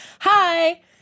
Hi